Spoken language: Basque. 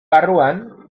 barruan